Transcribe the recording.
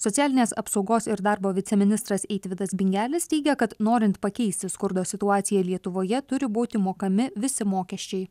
socialinės apsaugos ir darbo viceministras eitvydas bingelis teigia kad norint pakeisti skurdo situaciją lietuvoje turi būti mokami visi mokesčiai